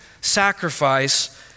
sacrifice